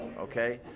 okay